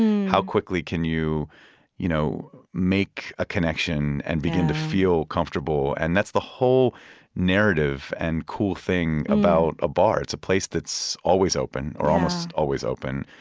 how quickly can you you know make a connection and begin to feel comfortable? and that's the whole narrative and cool thing about a bar. it's a place that's always open, or almost always open,